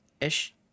Ish